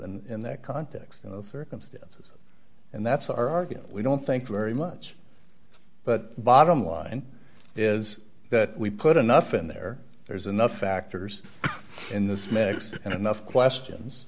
and in that context you know circumstances and that's our argument we don't think very much but bottom line is that we put enough in there there's enough factors in this mix and enough questions